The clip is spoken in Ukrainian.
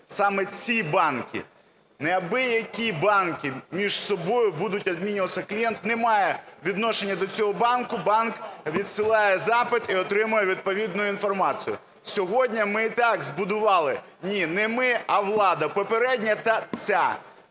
саме ці банки. Не абиякі банки між собою будуть обмінюватися. Клієнт не має відношення до цього банку, банк відсилає запит і отримує відповідну інформацію. Сьогодні ми й так збудували – ні, не ми, а влада попередня та ця